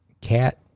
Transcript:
cat